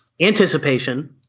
anticipation